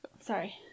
sorry